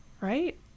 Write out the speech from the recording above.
right